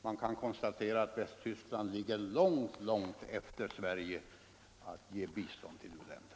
Man kan konstatera att Västtyskland ligger långt, långt efter Sverige i fråga om att ge bistånd till u-länderna.